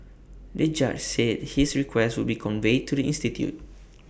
the judge said his request would be conveyed to the institute